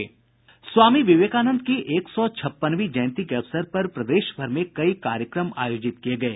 स्वामी विवेकानन्द की एक सौ छप्पनवीं जयंती के अवसर पर प्रदेशभर में कई कार्यक्रम आयोजित किये गये